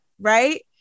right